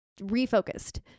refocused